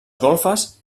golfes